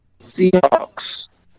Seahawks